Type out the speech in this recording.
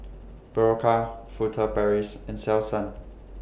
Berocca Furtere Paris and Selsun